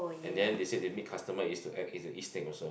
and then they said they meet customer is to act is to eat snake also